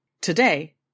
Today